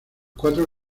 cuatro